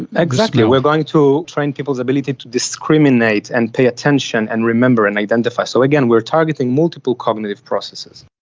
and exactly, we are going to train people's ability to discriminate and pay attention and remember and identify. so again, we are targeting multiple cognitive processes.